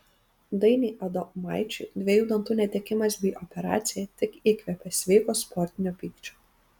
dainiui adomaičiui dviejų dantų netekimas bei operacija tik įkvėpė sveiko sportinio pykčio